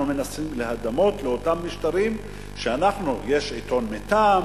אנחנו מנסים להידמות לאותם משטרים שיש להם עיתון מטעם,